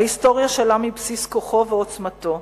ההיסטוריה של עם היא בסיס כוחו ועוצמתו,